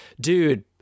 dude